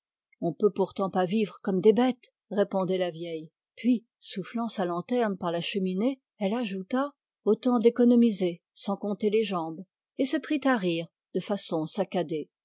on peut pourtant pas vivre comme des bêtes répondait la vieille puis soufflant sa lanterne parla cheminée elle ajouta autant d'économisé sans compter les jambes et se prit à rire de façon saccadée